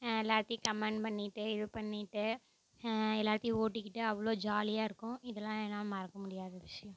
எல்லாத்தேயும் கமெண்ட் பண்ணிகிட்டு இது பண்ணிகிட்டு எல்லாத்தேயும் ஓட்டிக்கிட்டு அவ்வளோ ஜாலியாகருக்கும் இதெல்லாம் என்னால் மறக்க முடியாத விஷயம்